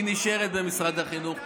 היא נשארת במשרד החינוך.